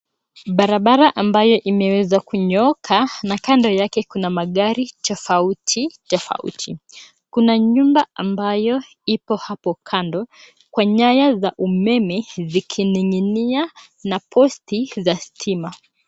Barabara ambayo imeweza kunyooka na kando yake kuna magari tofauti tofauti. Kuna nyumba ambayo ipo hapo kando kwa nyaya za umeme zikining'inia na posti za stima.